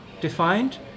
defined